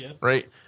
Right